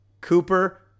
Cooper